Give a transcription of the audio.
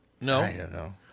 No